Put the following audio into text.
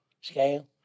scale